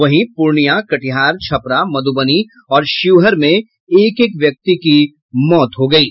वहीं पूर्णिया कटिहार छपरा मधुबनी और शिवहर में एक एक व्यक्ति की मौत हुई है